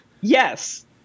yes